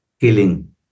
killing